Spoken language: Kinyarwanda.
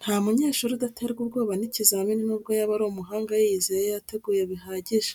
Nta munyeshuri udaterwa ubwoba n'ikizamini n'ubwo yaba ari umuhanga yiyizeye yateguye bihagije,